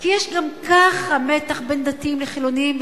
כי יש גם ככה מתח בין דתיים לחילונים,